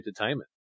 entertainment